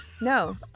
No